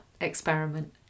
experiment